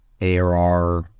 ARR